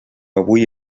avui